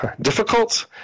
difficult